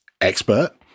expert